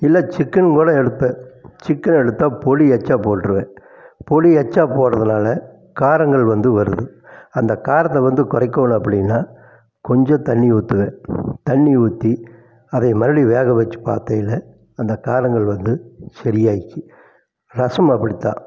இல்லை சிக்கன் கூட எடுப்பேன் சிக்கன் எடுத்தால் பொடி எச்சா போட்டிருவேன் பொடி எச்சா போடுறதுனால காரங்கள் வந்து வருது அந்த காரத்தை வந்து குறைக்கோணும் அப்படின்னா கொஞ்சம் தண்ணி ஊற்றுவேன் தண்ணி ஊற்றி அதை மறுபடி வேக வச்சி பார்த்ததுல அந்த காரங்கள் வந்து சரியாயிருச்சு ரசமும் அப்படிதான்